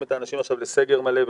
את האנשים עכשיו לסגר מלא,